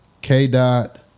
K-Dot